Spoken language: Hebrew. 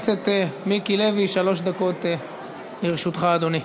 הכנסת שדנה בנושא מצוקת האשראי לעסקים קטנים ובינוניים,